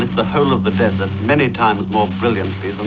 the whole of the desert many times more brilliantly um